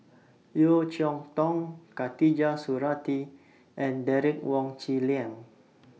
Yeo Cheow Tong Khatijah Surattee and Derek Wong Zi Liang